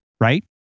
right